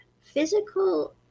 physical